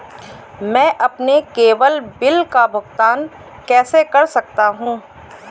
मैं अपने cable bill का भुगतान कैसे कर सकता हूँ?